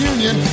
Union